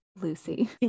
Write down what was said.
Lucy